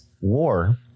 war